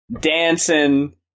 dancing